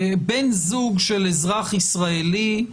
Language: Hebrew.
בן זוג של אזרח ישראלי.